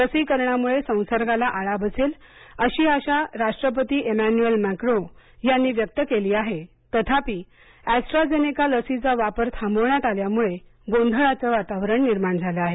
लसीकरणामुळे संसर्गाला आळा बसेल अशी आशा राष्ट्रपती एमन्युएल मॅक्रों यांनी व्यक्त केली आहे तथापि अॅस्टरा झेनेका लसीचा वापर थांबवण्यत आल्यामुळे गोंधळाचं वातावरण निर्माण झालं आहे